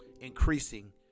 increasing